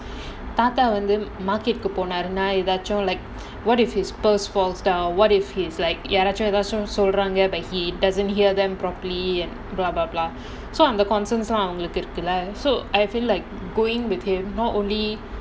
தாத்தா வந்து:thatha vandhu like what if his purse falls down what if he யாராச்சும் ஏதாச்சும் சொல்றாங்க:yaaraachum edhaachum solraanga he doesn't hear them properly and some of the concern um அவங்களுக்கு இருக்குல்ல:avangalukku irukkula so I feel like going with him not only